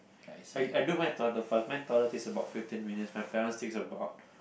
I I do my toilet first mine takes about fifteen minutes my parent takes about